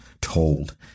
told